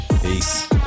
peace